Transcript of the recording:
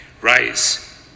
Rise